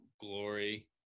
glory